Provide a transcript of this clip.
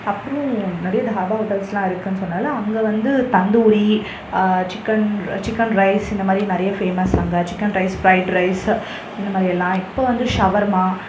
அப்புறம் நிறைய இந்த ஹாபா ஹோட்டல்ஸ்லாம் இருக்குதுன்னு சொன்னானேல்ல அங்கே வந்து தந்தூரி சிக்கன் சிக்கன் ரைஸ் இந்த மாதிரி நிறைய ஃபேமஸ் அங்க சிக்கன் ரைஸ் ஃப்ரைட் ரைஸ் இந்த மாதிரி எல்லாம் இப்போ வந்து ஷவர்மா